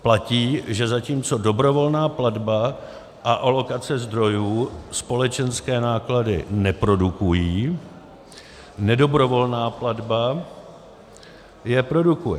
Platí, že zatímco dobrovolná platba a alokace zdrojů společenské náklady neprodukují, nedobrovolná platba je produkuje.